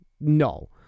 No